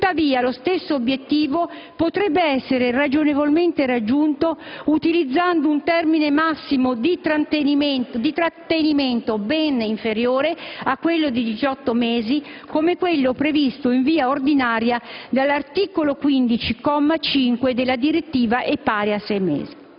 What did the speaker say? Tuttavia, lo stesso obiettivo potrebbe essere ragionevolmente raggiunto utilizzando un termine massimo di trattenimento ben inferiore a quello di 18 mesi, come quello previsto in via ordinaria dall'articolo 15, comma 5, della direttiva, e pari a sei mesi.